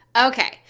Okay